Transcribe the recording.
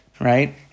right